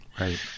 Right